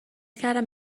کردم